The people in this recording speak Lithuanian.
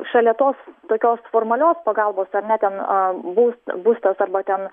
šalia tos tokios formalios pagalbos ar ne ten būstas arba ten